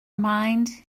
mind